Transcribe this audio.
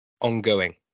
ongoing